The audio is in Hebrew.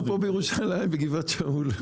פה בירושלים, בגבעת שאול.